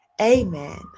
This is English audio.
amen